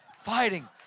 fighting